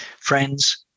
friends